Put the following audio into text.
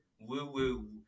woo-woo